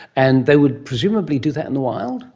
and they would presumably do that in the wild?